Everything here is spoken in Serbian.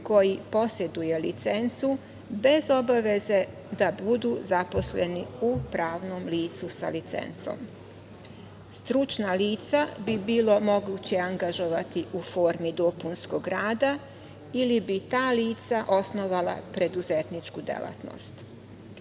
koji poseduje licencu bez obaveze da budu zaposleni u pravnom licu sa licencom. Stručna lica bi bilo moguće angažovati u formi dopunskog rada ili bi ta lica osnovala preduzetničku delatnost. Takođe,